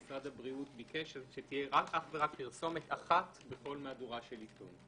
משרד הבריאות ביקש שתהיה אך ורק פרסומת אחת בכל מהדורה של עיתון.